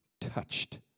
touched